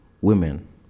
women